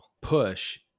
push